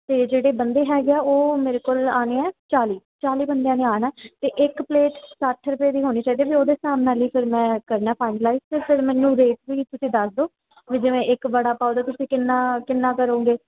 ਅਤੇ ਜਿਹੜੇ ਬੰਦੇ ਹੈਗੇ ਆ ਉਹ ਮੇਰੇ ਕੋਲ ਆਉਣੇ ਹੈ ਚਾਲ੍ਹੀ ਚਾਲ੍ਹੀ ਬੰਦਿਆਂ ਨੇ ਆਉਣਾ ਅਤੇ ਇੱਕ ਪਲੇਟ ਸੱਠ ਰੁਪਏ ਦੀ ਹੋਣੀ ਚਾਹੀਦੀ ਹੈ ਵੀ ਉਹਦੇ ਹਿਸਾਬ ਨਾਲ ਹੀ ਫਿਰ ਮੈਂ ਕਰਨਾ ਫਾਈਨਲਾਈਜ਼ ਅਤੇ ਫਿਰ ਮੈਨੂੰ ਰੇਟਸ ਵੀ ਤੁਸੀਂ ਦੱਸ ਦਿਉ ਵੀ ਜਿਵੇਂ ਇੱਕ ਵੜਾ ਪਾਓ ਦਾ ਤੁਸੀਂ ਕਿੰਨਾ ਕਿੰਨਾ ਕਰੋਗੇ